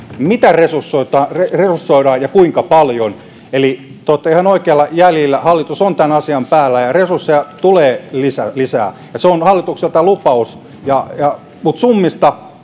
mitä resursoidaan resursoidaan ja kuinka paljon eli te olette ihan oikeilla jäljillä hallitus on tämän asian päällä ja resursseja tulee lisää lisää se on hallitukselta lupaus mutta summat